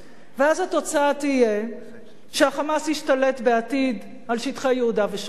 ואז התוצאה תהיה שה"חמאס" ישתלט בעתיד על שטחי יהודה ושומרון,